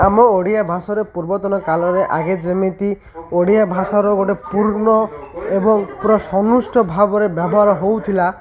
ଆମ ଓଡ଼ିଆ ଭାଷାରେ ପୂର୍ବତନ କାଳରେ ଆଗେ ଯେମିତି ଓଡ଼ିଆ ଭାଷାର ଗୋଟେ ପୂର୍ଣ୍ଣ ଏବଂ ପୁରା ସମୁଷ୍ଟ ଭାବରେ ବ୍ୟବହାର ହେଉଥିଲା